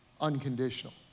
unconditional